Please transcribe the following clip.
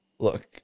look